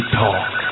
talk